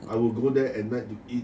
I will go there at night to eat